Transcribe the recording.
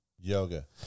Yoga